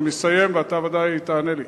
אני אסיים ואתה ודאי תענה לי.